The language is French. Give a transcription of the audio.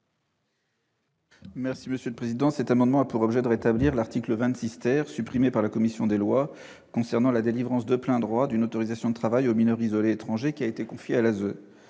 n° 331 rectifié. Cet amendement a pour objet de rétablir l'article 26 , supprimé par la commission des lois, concernant la délivrance de plein droit d'une autorisation de travail au mineur isolé étranger qui a été confié à l'ASE.